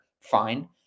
fine